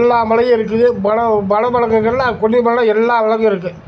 எல்லா மலையும் இருக்குது மலை வனவிலங்குகள்லாம் கொல்லிமலையில் எல்லா விலங்கும் இருக்கும்